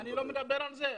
אני לא מדבר על זה.